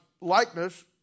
likeness